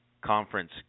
conference